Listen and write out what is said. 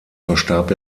verstarb